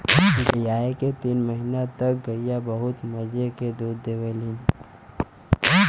बियाये के तीन महीना तक गइया बहुत मजे के दूध देवलीन